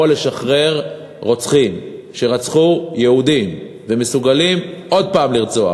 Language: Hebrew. או לשחרר רוצחים שרצחו יהודים ומסוגלים עוד הפעם לרצוח,